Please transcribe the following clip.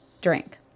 drink